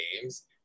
games